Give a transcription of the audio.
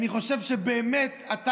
אני חושב שבאמת אתה,